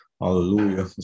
Hallelujah